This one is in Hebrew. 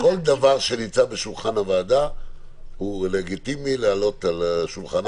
--- כל דבר שנמצא בשולחן הוועדה הוא לגיטימי לעלות על שולחנה.